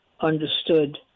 understood